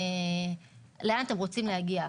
לאן רוצים להגיע.